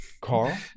Carl